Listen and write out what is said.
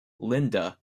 linda